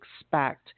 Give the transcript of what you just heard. expect